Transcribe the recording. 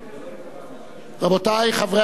רבותי חברי הכנסת, תשומת לבכם.